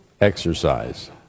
exercise